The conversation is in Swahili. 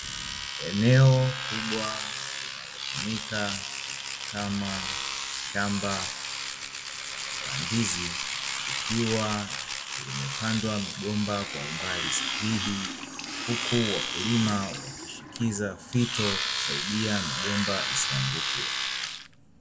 Eneo kubwa linalotumika kama shamba la ndizi, likiwa limepandwa migomba, kwa umbali sahihi huku wakulima wakishikiza fito kusaidia migomba isianguke.